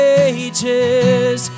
ages